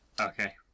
Okay